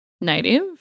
Native